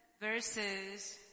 verses